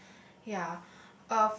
yeah